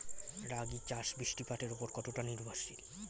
রাগী চাষ বৃষ্টিপাতের ওপর কতটা নির্ভরশীল?